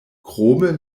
krome